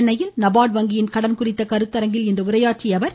சென்னையில் நபார்டு வங்கியின் கடன் குறித்த கருத்தரங்கில் இன்று உரையாற்றிய அவர்